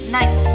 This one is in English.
Night